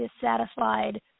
dissatisfied